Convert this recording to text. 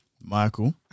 Michael